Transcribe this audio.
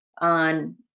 on